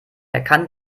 erkannt